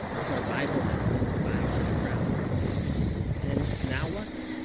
with our bible mavericks vying for the crown and now what?